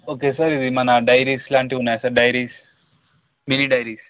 okay sir ఇది మన diaries లాంటివి ఉన్నాయా సార్ డైరీస్ మినీ డైరీస్